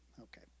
okay